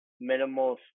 minimal